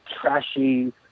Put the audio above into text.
trashy